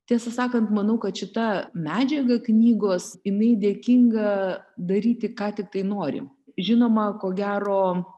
tiesą sakant manau kad šita medžiaga knygos jinai dėkinga daryti ką tiktai nori žinoma ko gero